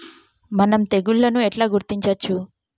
మనం తెగుళ్లను ఎట్లా గుర్తించచ్చు?